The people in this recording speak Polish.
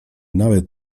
nawet